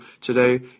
today